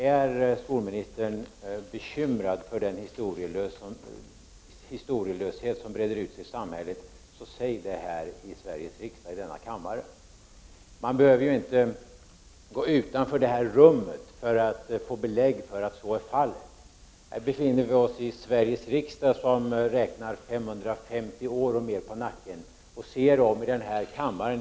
Är skolministern bekymrad över den historielöshet som breder ut sig i samhället, så säg det här i Sveriges riksdag, i denna kammare. Man behöver inte gå utanför det här rummet för att få belägg för att så är fallet. Här befinner vi oss i Sveriges riksdag, som räknar 550 år och mer på nacken. Se er om i den här kammaren!